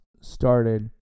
started